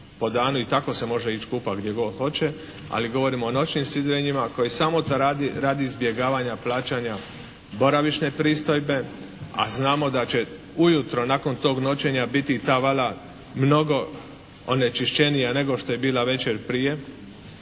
i tako se može ići kupati gdje god hoće ali govorim o noćnim sidrenjima koji samo radi izbjegavanja plaćanja boravišne pristojbe. A znamo da će ujutro nakon tog noćenja biti ta vala mnogo onečišćenija nego što je bila večer prije.